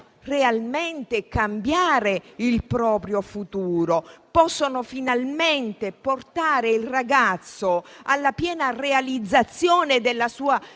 realmente cambiare il proprio futuro, in modo che si possa finalmente portare il ragazzo alla piena realizzazione della sua